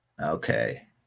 Okay